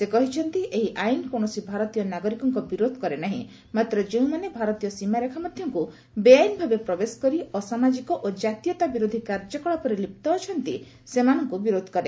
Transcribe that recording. ସେ କହିଛନ୍ତି ଏହି ଆଇନ କୌଣସି ଭାରତୀୟ ନାଗରିକଙ୍କ ବିରୋଧ କରେ ନାହିଁ ମାତ୍ର ଯେଉଁମାନେ ଭାରତୀୟ ସୀମାରେଖା ମଧ୍ୟକ୍ତ ବେଆଇନଭାବେ ପ୍ରବେଶ କରି ଅସାମାଜିକ ଓ ଜାତୀୟତା ବିରୋଧୀ କାର୍ଯ୍ୟକଳାପରେ ଲିପ୍ତ ଅଛନ୍ତି ସେମାନଙ୍କୁ ବିରୋଧ କରେ